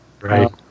right